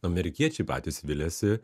amerikiečiai patys viliasi